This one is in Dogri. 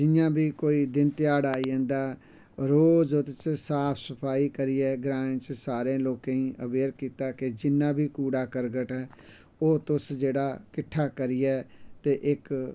जियां बी कोई दिन ध्याड़ा आई जंदा ऐ रोज़ साफ सफाई करियै ग्राएं च सारें लोकेंई अवेयर कीता के जिन्ना बी कूड़ा करकट ऐ ओह् तुस जेह्ड़ किट्ठा करियै ते इक